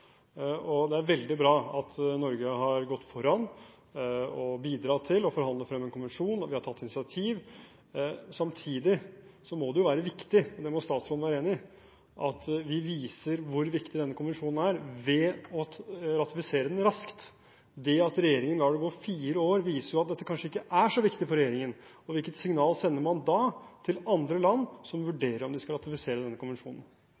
gjennomføre. Det er veldig bra at Norge har gått foran og bidratt til å forhandle frem en konvensjon, og at vi har tatt initiativ. Samtidig må det være viktig – det må vel statsråden være enig i – at vi viser hvor viktig denne konvensjonen er ved å ratifisere den raskt. Det at regjeringen har brukt fire år, viser at det kanskje ikke er så viktig for regjeringen. Hvilket signal sender man da til andre land som vurderer om de skal ratifisere denne konvensjonen?